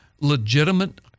legitimate